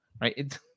right